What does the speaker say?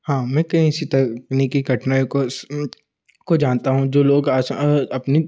हाँ मैं कई ऐसी तकनीकी घटनाओं को को जानता हूँ जो लोग आज अपनी